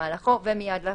במהלכו ומיד לאחריו,